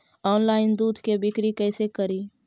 Online दुध के बिक्री कैसे करि?